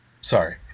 sorry